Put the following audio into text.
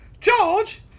George